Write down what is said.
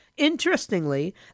Interestingly